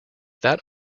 that